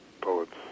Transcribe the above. poets